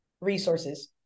resources